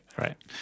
right